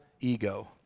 ego